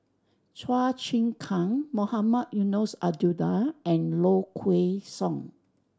Chua Chim Kang Mohamed Eunos Abdullah and Low Kway Song